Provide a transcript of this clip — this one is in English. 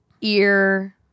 ear